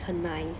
很 nice